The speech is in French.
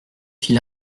fit